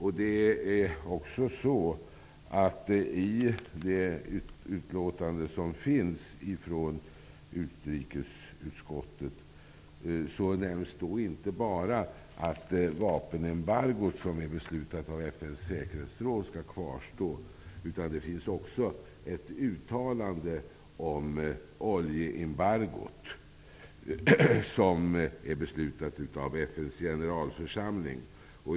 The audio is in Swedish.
I utrikesutskottets utlåtande nämns inte bara att det vapenembargo som FN:s säkerhetsråd har beslutat om skall kvarstå. Det finns också ett uttalande om det oljeembargo som beslutats av FN:s generalförsamling.